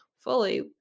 fully